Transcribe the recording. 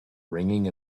ringing